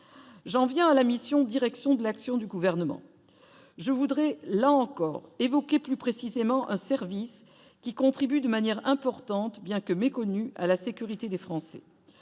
j'en viens à la mission Direction de l'action du gouvernement je voudrais là encore évoquer plus précisément un service qui contribue de manière importante, bien que méconnu, à la sécurité des Français,